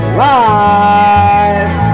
live